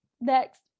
Next